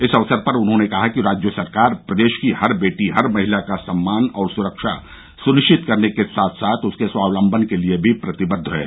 इस अवसर पर उन्होंने कहा कि राज्य सरकार प्रदेश की हर बेटी हर महिला का सम्मान और सुरक्षा सुनिश्चित करने के साथ साथ उनके स्वावलम्बन के लिए प्रतिबद्ध है